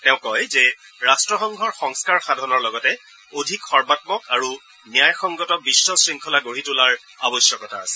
তেওঁ কয় যে ৰাট্টসংঘৰ সংস্থাৰ সাধনৰ লগতে অধিক সৰ্বাম্মক আৰু ন্যায়সংগত বিশ্ব শৃংখলা গঢ়ি তোলাৰ আৱশ্যকতা আছে